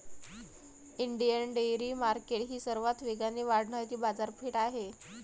Indian dairy market ही सर्वात वेगाने वाढणारी बाजारपेठ आहे